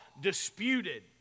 disputed